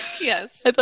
Yes